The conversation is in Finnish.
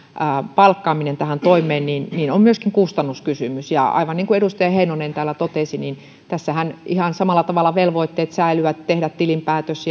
palkkaaminen tähän toimeen on myöskin kustannuskysymys ja aivan niin kuin edustaja heinonen täällä totesi tässähän ihan samalla tavalla säilyvät velvoitteet tehdä tilinpäätös